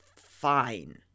fine